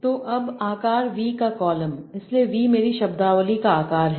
तो अब आकार V का कॉलम इसलिए V मेरी शब्दावली का आकार है